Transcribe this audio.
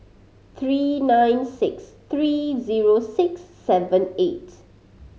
three nine six three zero six seven eight